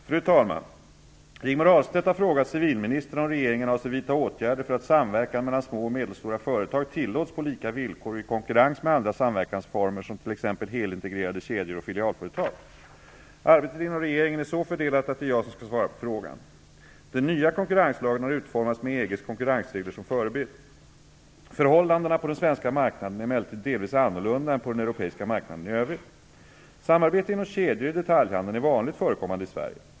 Fru talman! Rigmor Ahlstedt har frågat civilministern om regeringen avser vidta åtgärder för att samverkan mellan små och medelstora företag tillåts på lika villkor och i konkurrens med andra samverkansformer, som t.ex. helintegrerade kedjor och filialföretag. Arbetet inom regeringen är så fördelat att det är jag som skall svara på frågan. Den nya konkurrenslagen har utformats med EG:s konkurrensregler som förebild. Förhållandena på den svenska marknaden är emellertid delvis annorlunda än på den europeiska marknaden i övrigt. Samarbete inom kedjor i detaljhandeln är vanligt förekommande i Sverige.